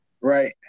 right